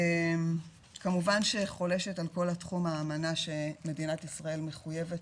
כמובן שחולשת על כל התחום האמנה שמדינת ישראל מחויבת